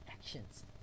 actions